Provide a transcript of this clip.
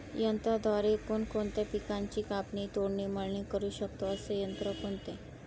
यंत्राद्वारे कोणकोणत्या पिकांची कापणी, तोडणी, मळणी करु शकतो, असे यंत्र कोणते?